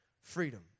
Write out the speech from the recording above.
freedom